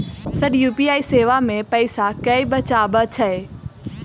Sir UPI सेवा मे पैसा केँ बचाब छैय?